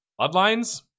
Bloodlines